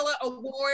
Award